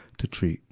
to treat.